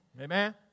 Amen